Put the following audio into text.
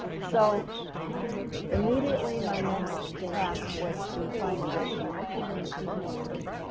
so immediately my next task was to find a way to meet maharishi mahesh yogi,